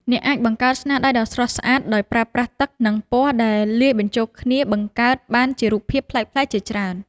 អ្នកអាចបង្កើតស្នាដៃដ៏ស្រស់ស្អាតដោយប្រើប្រាស់ទឹក និង ពណ៌ដែលលាយបញ្ចូលគ្នាបង្កើតបានជារូបភាពប្លែកៗជាច្រើន។